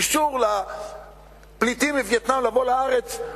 אישור לפליטים מווייטנאם לבוא לארץ,